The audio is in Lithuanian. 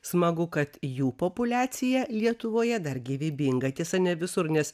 smagu kad jų populiacija lietuvoje dar gyvybinga tiesa ne visur nes